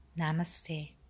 Namaste